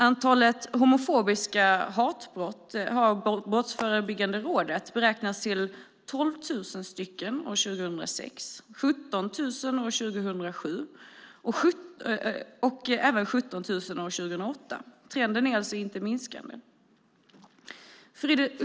Antalet homofobiska hatbrott har av Brottsförebyggande rådet beräknats till 12 000 år 2006, 17 000 år 2007 och likaledes 17 000 år 2008. Trenden är alltså inte minskande.